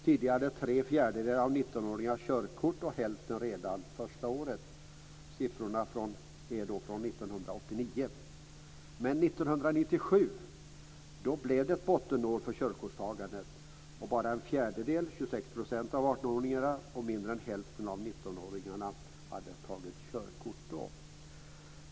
Tidigare hade tre fjärdedelar av 19 åringarna körkort, och hälften hade det redan första året - siffrorna är från 1989. Men 1997 var ett bottenår när det gäller körkortstagandet. Bara en fjärdedel - åringarna hade tagit körkort då.